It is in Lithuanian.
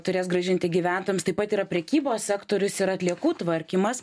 turės grąžinti gyventojams taip pat yra prekybos sektorius ir atliekų tvarkymas